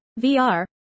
VR